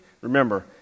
remember